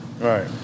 Right